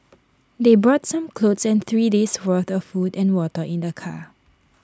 they brought some clothes and three days' worth of food and water in their car